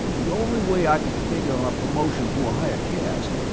the only way i could figure on a promotion to a higher caste,